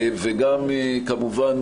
וגם כמובן,